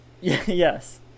yes